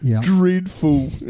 Dreadful